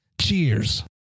Cheers